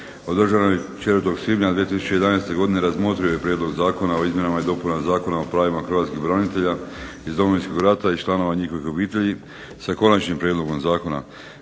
održanoj 4. svibnja 2011. godine razmotrio je prijedlog Zakona o izmjenama i dopunama Zakona o pravima hrvatskih branitelja iz Domovinskog rata i članova njihovih obitelji sa konačnim prijedlogom zakona